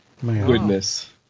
goodness